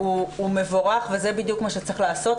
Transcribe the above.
הוא מבורך וזה בדיוק מה שצריך לעשות,